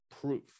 Proof